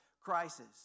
crisis